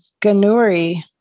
Ganuri